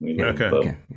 Okay